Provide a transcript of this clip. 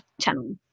channel